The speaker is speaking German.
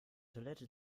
toilette